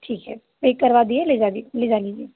ठीक है पैक करवा दिया है लेजा ली ले जा लीजिए